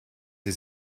sie